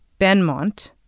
Benmont